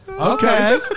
Okay